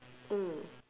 mm